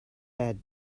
head